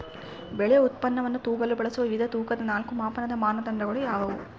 ಬೆಳೆ ಉತ್ಪನ್ನವನ್ನು ತೂಗಲು ಬಳಸುವ ವಿವಿಧ ತೂಕದ ನಾಲ್ಕು ಮಾಪನದ ಮಾನದಂಡಗಳು ಯಾವುವು?